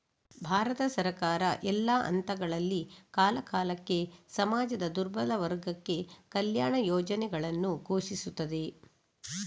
ಭಾರತ ಸರ್ಕಾರ, ಎಲ್ಲಾ ಹಂತಗಳಲ್ಲಿ, ಕಾಲಕಾಲಕ್ಕೆ ಸಮಾಜದ ದುರ್ಬಲ ವರ್ಗಕ್ಕೆ ಕಲ್ಯಾಣ ಯೋಜನೆಗಳನ್ನು ಘೋಷಿಸುತ್ತದೆ